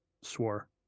swore